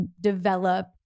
develop